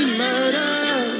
murder